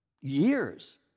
years